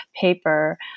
paper